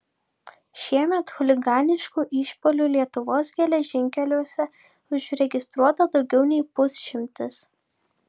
šiemet chuliganiškų išpuolių lietuvos geležinkeliuose užregistruota daugiau nei pusšimtis